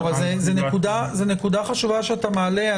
זו נקודה חשובה שאתה מעלה,